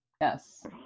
Yes